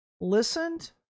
listened